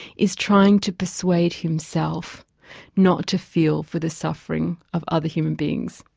is trying to persuade himself not to feel for the suffering of other human beings,